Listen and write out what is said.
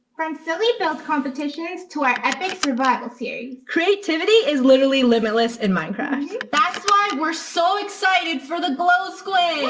from silly build competitions to our epic survival series. creativity is literally limitless in minecraft. mm-hmm yeah that's why we're so excited for the glow squid!